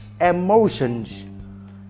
emotions